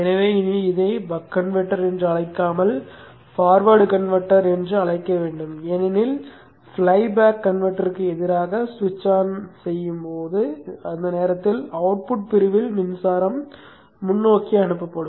எனவே இனி இதை பக் கன்வெர்ட்டர் என்று அழைக்காமல் ஃபார்வேர்ட் கன்வெர்ட்டர் என்று அழைக்க வேண்டும் ஏனென்றால் ஃப்ளை பேக் கன்வெர்ட்டருக்கு எதிராக ஸ்விட்ச் ஆன் செய்யும்போது அந்த நேரத்தில் அவுட்புட் பிரிவில் மின்சாரம் முன்னோக்கி அனுப்பப்படும்